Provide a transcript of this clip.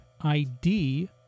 ID